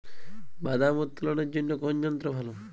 বাদাম উত্তোলনের জন্য কোন যন্ত্র ভালো?